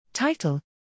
Title